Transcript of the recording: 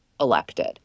elected